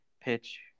pitch